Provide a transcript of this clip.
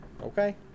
okay